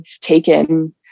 taken